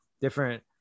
different